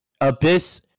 Abyss